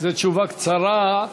שזאת תשובה קצרה.